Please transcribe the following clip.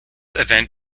event